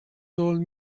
told